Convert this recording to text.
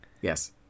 yes